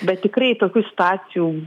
bet tikrai tokių stacijų